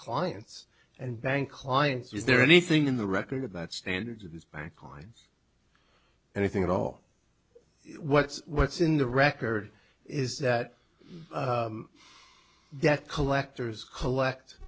clients and bank clients is there anything in the record about standards of this bank on anything at all what's what's in the record is that debt collectors collect